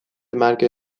مرگ